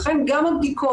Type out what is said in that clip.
לכן גם הבדיקות,